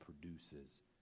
produces